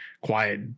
quiet